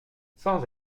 sans